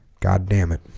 god damn it